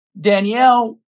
Danielle